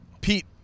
pete